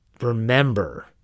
remember